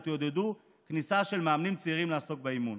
תעודד כניסה של מאמנים צעירים לעסוק באימון.